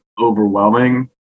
overwhelming